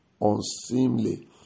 unseemly